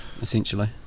essentially